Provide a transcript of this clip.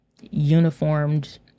uniformed